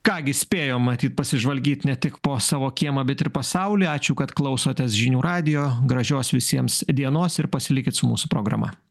ką gi spėjom matyt pasižvalgyt ne tik po savo kiemą bet ir pasaulį ačiū kad klausotės žinių radijo gražios visiems dienos ir pasilikit su mūsų programa